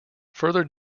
further